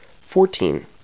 Fourteen